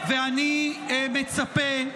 אני מצפה,